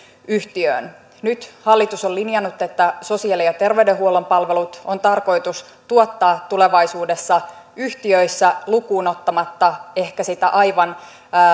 yhtiöön nyt hallitus on linjannut että sosiaali ja terveydenhuollon palvelut on tarkoitus tuottaa tulevaisuudessa yhtiöissä lukuun ottamatta ehkä sitä aivan